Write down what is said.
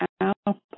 apple